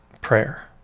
prayer